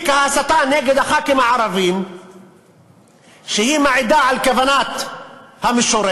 ההסתה נגד חברי הכנסת הערבים מעידה על כוונת המשורר,